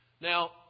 Now